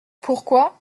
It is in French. pourquoi